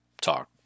talk